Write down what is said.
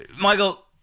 Michael